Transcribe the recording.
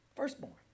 Firstborn